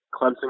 Clemson